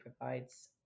provides